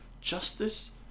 justice